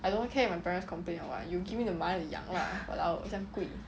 I don't care if my parents complain or what you give me the money to 养 lah !walao! 这样贵